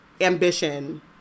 ambition